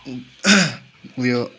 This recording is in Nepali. उयो